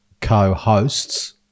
co-hosts